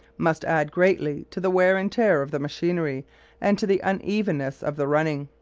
must add greatly to the wear and tear of the machinery and to the unevenness of the running.